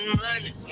money